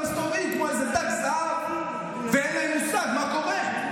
מסתובבים כמו איזה דג זהב ואין להם מושג מה קורה.